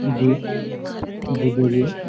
जी जी बोलिए